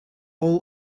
all